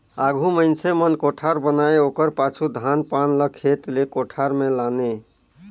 आघु मइनसे मन कोठार बनाए ओकर पाछू धान पान ल खेत ले कोठार मे लाने